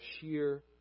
sheer